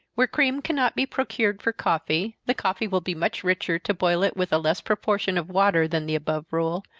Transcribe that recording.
where cream cannot be procured for coffee, the coffee will be much richer to boil it with a less proportion of water than the above rule,